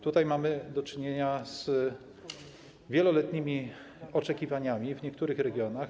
Tutaj mamy do czynienia z wieloletnimi oczekiwaniami w niektórych regionach.